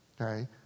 okay